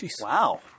Wow